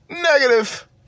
Negative